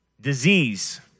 disease